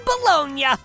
Bologna